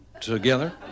together